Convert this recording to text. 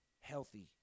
healthy